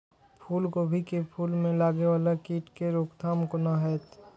फुल गोभी के फुल में लागे वाला कीट के रोकथाम कौना हैत?